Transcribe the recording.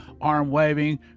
arm-waving